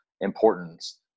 importance